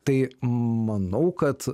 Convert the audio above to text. tai manau kad